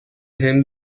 him